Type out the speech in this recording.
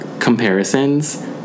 comparisons